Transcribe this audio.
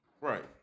right